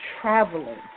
traveling